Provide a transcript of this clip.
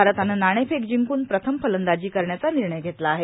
भारतानं नाणेफेक जिंकून प्रथम फलंदाजी करण्याचा निर्णय घेतला आहे